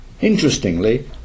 Interestingly